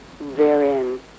therein